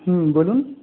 হ্যাঁ বলুন